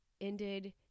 ended